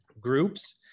groups